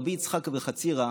רבי יצחק אבוחצירא,